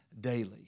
daily